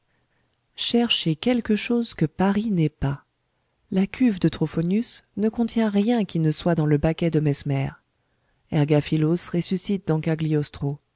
cherchez quelque chose que paris n'ait pas la cuve de trophonius ne contient rien qui ne soit dans le baquet de mesmer ergaphilos ressuscite dans